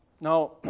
Now